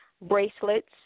bracelets